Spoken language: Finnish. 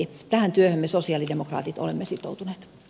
tähän työhön me sosialidemokraatit olemme sitoutuneet